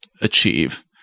achieve